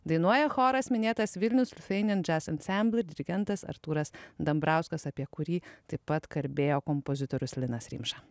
dainuoja choras minėtas vilnius lithuania jazz ansambl dirigentas artūras dambrauskas apie kurį taip pat kalbėjo kompozitorius linas rimša